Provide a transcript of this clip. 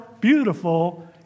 beautiful